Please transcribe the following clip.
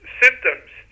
symptoms